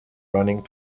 running